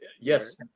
yes